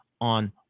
on